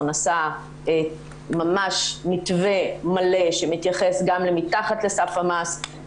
עשה ממש מתווה מלא שמתייחס גם למתחת לסף המס,